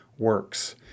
works